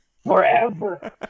Forever